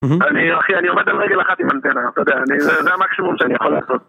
אני, אחי, אני עומד על רגל אחת עם אנטנה, אתה יודע, זה המקסימום שאני יכול לעשות.